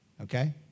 Okay